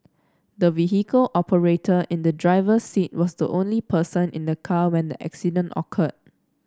the vehicle operator in the driver's seat was the only person in the car when the accident occurred